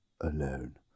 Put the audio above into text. Alone